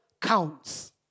counts